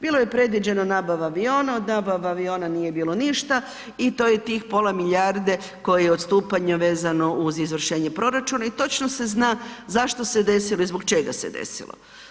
Bilo je predviđeno nabava aviona, od nabava aviona nije bilo ništa i to je tih pola milijarde koji je odstupanje vezano uz izvršenje proračuna i točno se zna zašto se desilo i zbog čega se desilo.